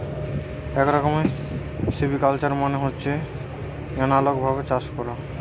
এক রকমের সিভিকালচার মানে হচ্ছে এনালগ ভাবে চাষ করা